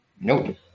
Nope